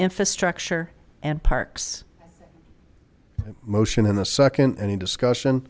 infrastructure and parks motion in a second any discussion